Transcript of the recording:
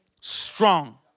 strong